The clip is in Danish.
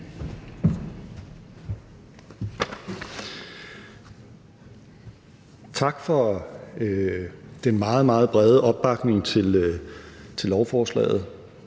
Tak for den meget, meget brede opbakning til lovforslaget.